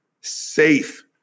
safe